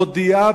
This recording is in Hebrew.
מודיעה,